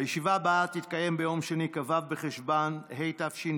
הישיבה הבאה תתקיים ביום שני, כ"ו בחשוון התשפ"ב,